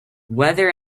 weather